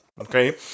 Okay